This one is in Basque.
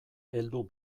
heldu